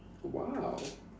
!wow!